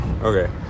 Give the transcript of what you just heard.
Okay